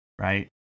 Right